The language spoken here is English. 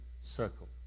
circle